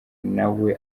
nawe